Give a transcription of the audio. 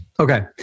Okay